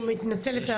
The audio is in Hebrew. אני מתנצלת,